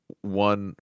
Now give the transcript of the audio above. one